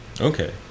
Okay